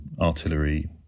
artillery